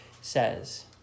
says